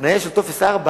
התניה של טופס 4,